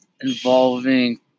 involving